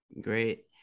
Great